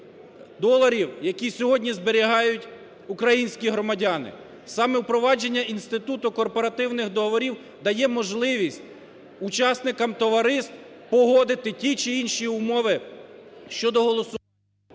доларів, які сьогодні зберігають українські громадяни. Саме впровадження інституту корпоративних договорів дає можливість учасникам товариств погодити ті чи інші умови щодо голосування…